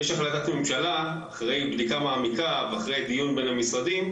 יש החלטת ממשלה אחרי בדיקה מעמיקה ואחרי דיון בין המשרדים,